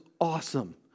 awesome